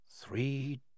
Three